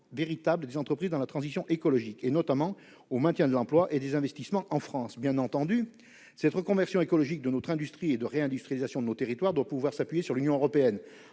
des entreprises dans la transition écologique, ainsi qu'au maintien de l'emploi et des investissements en France. Bien entendu, la reconversion écologique de notre industrie et la réindustrialisation de nos territoires doivent pouvoir s'appuyer sur l'Union européenne,